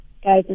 guys